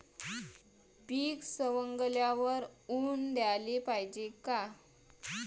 पीक सवंगल्यावर ऊन द्याले पायजे का?